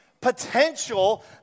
potential